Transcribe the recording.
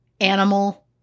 animal